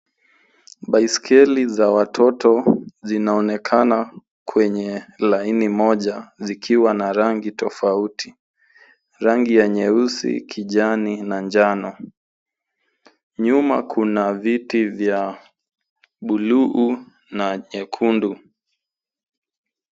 Baiskeli za watoto zinaonekana kwenye laini moja zikiwa na rangi tofauti, rangi ya ,nyeusi, kjiani na njano. Nyuma kuna viti vya [bluu] na nyekundu.